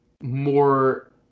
more